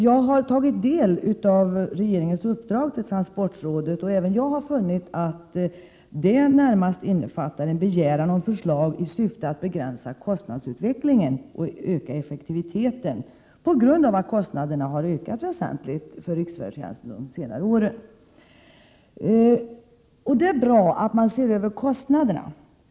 Jag har tagit del av regeringens uppdrag till transportrådet, och även jag har funnit att det närmast innefattar en begäran om förslag i syfte att begränsa kostnadsutvecklingen och öka effektiviteten på grund av att kostnaderna för riksfärdtjänsten har ökat väsentligt under senare år. Det är bra att man ser över kostnaderna.